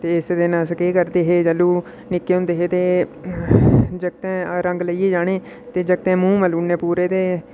ते इस दिन अस केह् करदे हे जाल्लू निक्के होंदे हे ते जागतें रंग लेइयै जाना ते जागतें मूंह् मल्ली ओड़ने पूरे ते